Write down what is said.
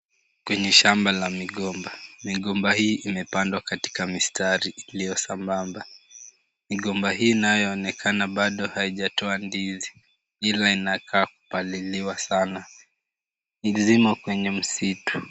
Kwenye shamba la migomba. Migomba hii imepandwa katika mistari iliyo sambamba. Migomba hii inayoonekana bado haijatoa ndizi, hilo inakaa kupaliliwa sana. Zimo kwenye msitu.